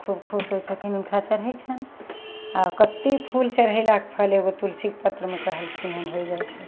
खूब खुश होइ छथिन हुनका चढ़ै छैन आओर कते फूल चढ़यलाके फल एगो तुलसीके पत्रमे कहलखिन हन होइ जाइ छै